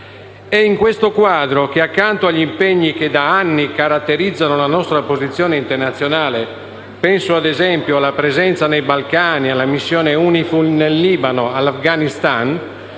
È in questo quadro che, accanto agli impegni che da anni caratterizzano la nostra posizione internazionale - penso ad esempio alla presenza nei Balcani, alla missione UNIFIL nel Libano o all'Afghanistan